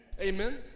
Amen